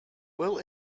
will